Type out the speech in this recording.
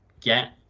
get